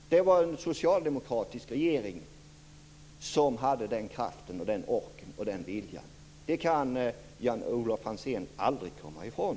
Det var en socialdemokratisk regering som hade den kraften, den orken och den viljan. Det kan Jan-Olof Franzén aldrig komma ifrån.